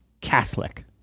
Catholic